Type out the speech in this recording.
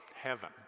heaven